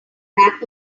back